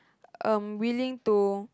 um willing to